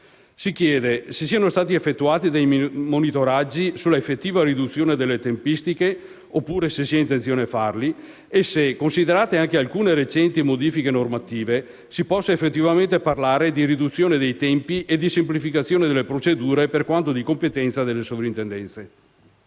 Si chiede se siano stati effettuati dei monitoraggi sulla effettiva riduzione delle tempistiche oppure se vi sia l'intenzione di farli e se, considerate anche alcune recenti modifiche normative, si possa effettivamente parlare di riduzione dei tempi e di semplificazione delle procedure per quanto di competenza delle Sovrintendenze.